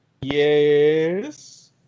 Yes